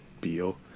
Beal